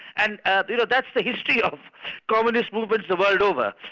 and ah you know that's the history of communist movements the world over.